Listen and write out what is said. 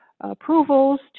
approvals